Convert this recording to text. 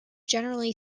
generally